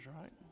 right